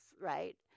right